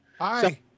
Hi